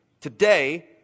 today